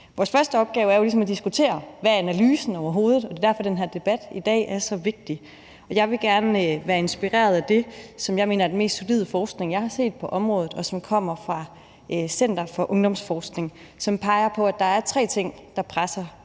Vores første opgave er jo ligesom at diskutere: Hvad skal analysen overhovedet indeholde? Det er derfor, den her debat i dag er så vigtig. Jeg vil gerne lade mig inspirere af det, som jeg mener er den mest solide forskning, jeg har set på området, og som kommer fra Center for Ungdomsforskning. Den peger på, at der er tre ting, der presser